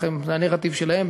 זה הנרטיב שלהם,